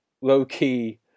low-key